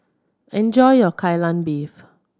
enjoy your Kai Lan Beef